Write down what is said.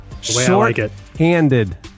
short-handed